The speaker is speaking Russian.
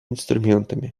инструментами